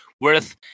worth